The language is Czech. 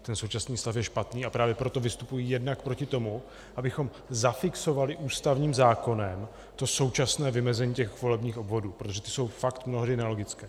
Ten současný stav je špatný, a právě proto vystupuji jednak proti tomu, abychom zafixovali ústavním zákonem to současné vymezení volebních obvodů, protože ty jsou fakt mnohdy nelogické.